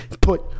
put